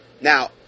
Now